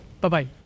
Bye-bye